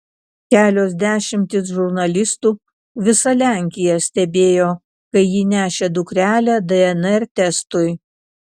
kelios dešimtys žurnalistų visa lenkija stebėjo kai ji nešė dukrelę dnr testui